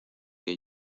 que